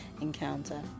encounter